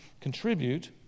contribute